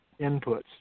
inputs